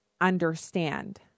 understand